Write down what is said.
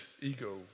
ego